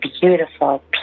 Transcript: beautiful